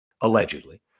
allegedly